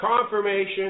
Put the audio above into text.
confirmation